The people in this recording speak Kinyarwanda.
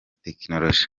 tekinoloji